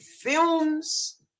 films